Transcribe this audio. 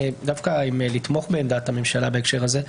דווקא לתמוך בעמדת הממשלה בהקשר הזה.